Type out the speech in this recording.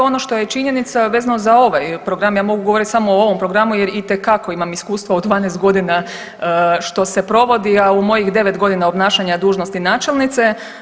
Ono što je činjenica vezano za ovaj program, ja mogu govoriti samo o ovom programu jer itekako imam iskustva od 12 godina što se provodi, a u mojih 9 godina obnašanja dužnosti načelnice.